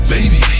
Baby